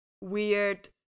weird